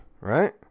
right